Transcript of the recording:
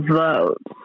vote